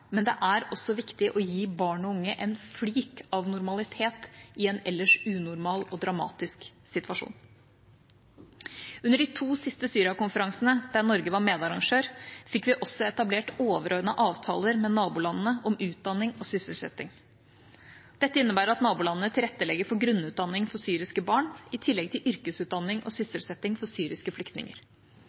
men det er også viktig for å gi barn og unge en flik av normalitet i en ellers unormal og dramatisk situasjon. Under de to siste Syria-konferansene, der Norge var medarrangør, fikk vi også etablert overordnede avtaler med nabolandene om utdanning og sysselsetting. Dette innebærer at nabolandene tilrettelegger for grunnutdanning for syriske barn, i tillegg til yrkesutdanning og sysselsetting for syriske flyktninger.